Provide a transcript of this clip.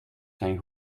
zijn